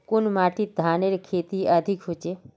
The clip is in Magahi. कुन माटित धानेर खेती अधिक होचे?